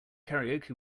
karaoke